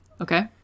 Okay